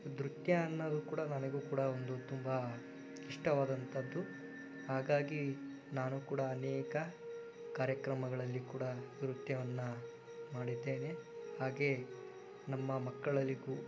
ನೃತ್ಯ ಅನ್ನೋದು ಕೂಡ ನನಗೂ ಕೂಡ ಒಂದು ತುಂಬ ಇಷ್ಟವಾದಂಥದ್ದು ಹಾಗಾಗಿ ನಾನು ಕೂಡ ಅನೇಕ ಕಾರ್ಯಕ್ರಮಗಳಲ್ಲಿ ಕೂಡ ನೃತ್ಯವನ್ನು ಮಾಡಿದ್ದೇನೆ ಹಾಗೆ ನಮ್ಮ ಮಕ್ಕಳಲ್ಲಿ ಕೂ